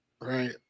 right